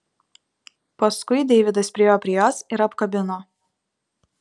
paskui deividas priėjo prie jos ir apkabino